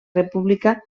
república